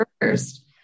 first